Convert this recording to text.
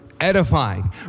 edifying